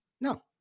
No